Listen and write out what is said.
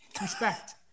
Respect